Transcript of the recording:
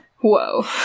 whoa